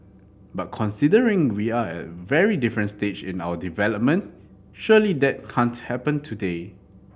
but considering we are at a very different stage in our development surely that can't happen today